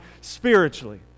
spiritually